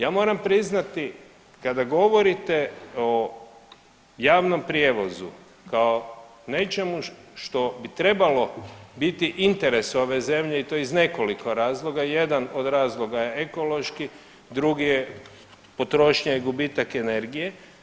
Ja moram priznati kada govorite o javnom prijevozu kao nečemu što bi trebalo biti interes ove zemlje i to iz nekoliko razloga, jedan od razloga je ekološki, drugi je potrošnja i gubitak energije.